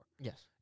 Yes